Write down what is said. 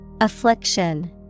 Affliction